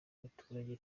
abaturage